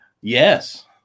Yes